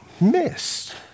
missed